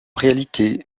réalité